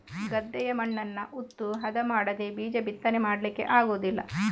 ಗದ್ದೆಯ ಮಣ್ಣನ್ನ ಉತ್ತು ಹದ ಮಾಡದೇ ಬೀಜ ಬಿತ್ತನೆ ಮಾಡ್ಲಿಕ್ಕೆ ಆಗುದಿಲ್ಲ